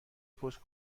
پست